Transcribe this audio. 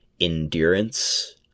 endurance